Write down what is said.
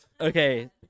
okay